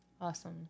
Awesome